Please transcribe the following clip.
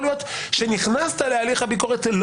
יכול להיות שנכנסת להליך הביקורת לא